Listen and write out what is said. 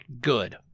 good